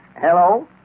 Hello